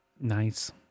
nice